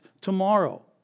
tomorrow